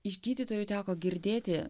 iš gydytojų teko girdėti